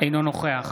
אינו נוכח